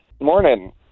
morning